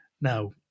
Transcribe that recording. Now